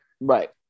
right